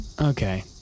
Okay